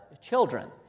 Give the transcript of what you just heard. children